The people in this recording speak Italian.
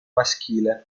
maschile